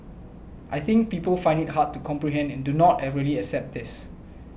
I think people find it hard to comprehend do not really accept this